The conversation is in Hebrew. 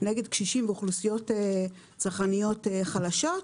נגד קשישים ואוכלוסיות צרכניות חלשות,